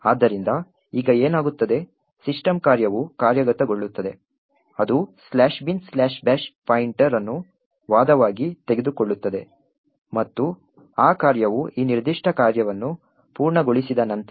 ಆದ್ದರಿಂದ ಈಗ ಏನಾಗುತ್ತದೆ ಸಿಸ್ಟಮ್ ಕಾರ್ಯವು ಕಾರ್ಯಗತಗೊಳ್ಳುತ್ತದೆ ಅದು binbash ಪಾಯಿಂಟರ್ ಅನ್ನು ವಾದವಾಗಿ ತೆಗೆದುಕೊಳ್ಳುತ್ತದೆ ಮತ್ತು ಆ ಕಾರ್ಯವು ಈ ನಿರ್ದಿಷ್ಟ ಕಾರ್ಯವನ್ನು ಪೂರ್ಣಗೊಳಿಸಿದ ನಂತರ ನಿರ್ಗಮನ ಕಾರ್ಯವನ್ನು ಸೂಚಿಸುತ್ತದೆ